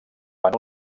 van